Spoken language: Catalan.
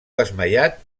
desmaiat